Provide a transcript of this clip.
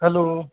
hello